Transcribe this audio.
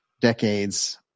decades